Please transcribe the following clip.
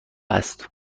است